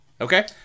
Okay